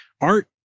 Art